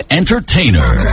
entertainer